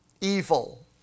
evil